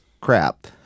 crap